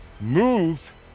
move